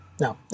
no